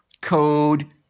code